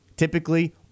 Typically